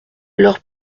leur